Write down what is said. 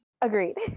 Agreed